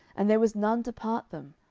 and there was none to part them,